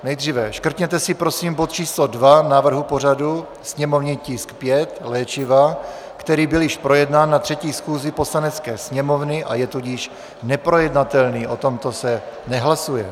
Nejdříve škrtněte si prosím bod číslo 2 návrhu pořadu, sněmovní tisk 5, léčiva, který byl již projednán na 3. schůzi Poslanecké sněmovny, a je tudíž neprojednatelný o tomto se nehlasuje.